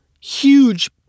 huge